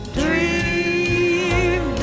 dream